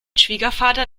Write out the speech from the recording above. schwiegervater